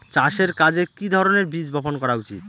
চাষের কাজে কি ধরনের বীজ বপন করা উচিৎ?